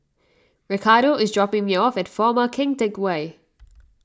Ricardo is dropping me off at former Keng Teck Whay